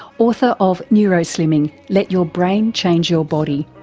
author of neuroslimming let your brain change your body.